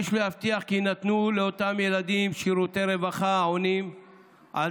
יש להבטיח כי יינתנו לאותם ילדים שירותי רווחה העונים על